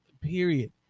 Period